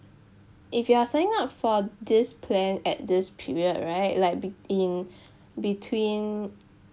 if you are signing up for this plan at this period right like bet~ in between